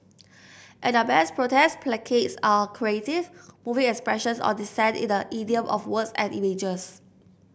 at their best protest placards are creative moving expressions of dissent in the idiom of words and images